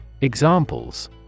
Examples